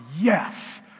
yes